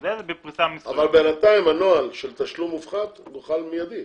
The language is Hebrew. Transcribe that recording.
אבל בינתיים הנוהל של תשלום מופחת מוחל מידי.